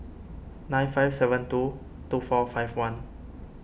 nine five seven two two four five one